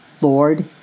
Lord